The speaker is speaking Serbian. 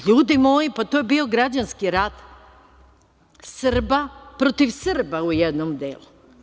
Ljudi moji, to je bio građanski rat Srba protiv Srba u jednom delu.